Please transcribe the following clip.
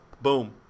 Boom